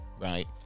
right